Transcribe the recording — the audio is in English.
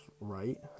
right